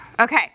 Okay